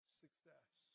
success